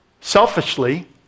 selfishly